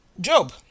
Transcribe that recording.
Job